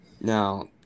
Now